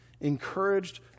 Encouraged